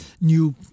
new